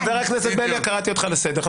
חבר הכנסת בליאק, אני קורא אותך לסדר פעם ראשונה.